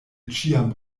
ĉiam